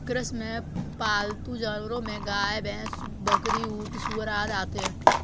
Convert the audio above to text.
कृषि में पालतू जानवरो में गाय, भैंस, बकरी, ऊँट, सूअर आदि आते है